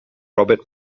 robert